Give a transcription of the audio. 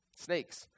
snakes